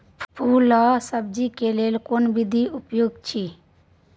फूल आ सब्जीक लेल कोन विधी उपयुक्त अछि?